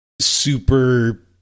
super